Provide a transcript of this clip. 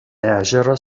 ežerą